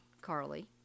Carly